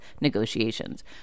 negotiations